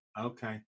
Okay